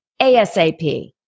ASAP